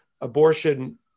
abortion